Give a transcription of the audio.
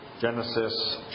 Genesis